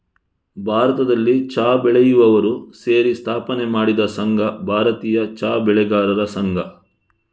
ಭಾರತದಲ್ಲಿ ಚಾ ಬೆಳೆಯುವವರು ಸೇರಿ ಸ್ಥಾಪನೆ ಮಾಡಿದ ಸಂಘ ಭಾರತೀಯ ಚಾ ಬೆಳೆಗಾರರ ಸಂಘ